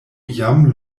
jam